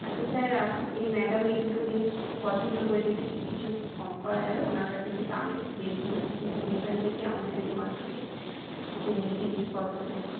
আচ্ছা স্যার আপ এই ম্যাডাম এই দুটো জিনিস পছন্দ করেছে কি কিছু কম করা যাবে ওঁর কাছে একটু দামে বেশি হচ্ছে উনি এখান থাকে আমাদের দোকান থেকে জিনিসপত্র কেনেন